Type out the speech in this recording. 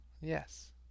Yes